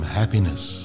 happiness